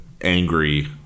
angry